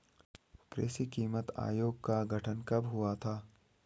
कृषि कीमत आयोग का गठन कब हुआ था?